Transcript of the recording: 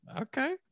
Okay